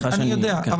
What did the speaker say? אני יודע.